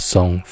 Song